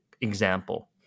example